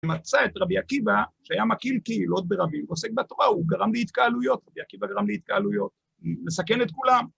הוא מצא את רבי עקיבא, שהיה מקהיל קהילות ברבים, עוסק בתורה, הוא גרם להתקהלויות, רבי עקיבא גרם להתקהלויות, מסכן את כולם.